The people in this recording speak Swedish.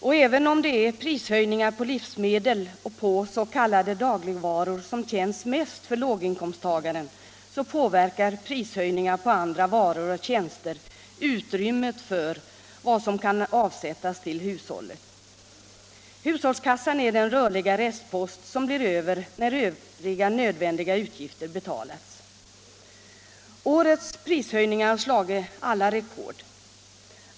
Och även om det är prishöjningar på livsmedel och på s.k. dagligvaror som känns mest för låginkomsttagaren, så påverkar prishöjningar på andra varor och tjänster utrymmet för vad som kan avsättas till hushållet. Hushållskassan är den rörliga restpost som blir över när övriga nödvändiga utgifter betalats. Årets prishöjningar har slagit alla rekord.